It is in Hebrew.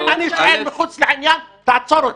אם אני שואל מחוץ לעניין, תעצור אותי.